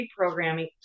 reprogramming